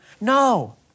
No